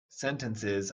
sentences